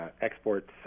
exports